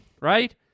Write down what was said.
right